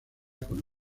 con